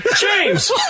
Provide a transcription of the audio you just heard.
James